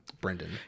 Brendan